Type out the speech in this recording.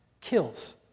Kills